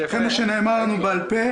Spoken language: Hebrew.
אחרי מה שנאמר לנו בעל-פה.